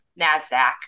NASDAQ